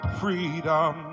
freedom